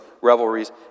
revelries